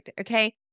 Okay